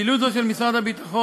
פעילות זו של משרד הביטחון